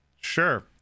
sure